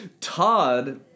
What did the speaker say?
Todd